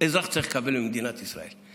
שאזרח צריך לקבל במדינת ישראל.